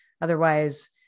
Otherwise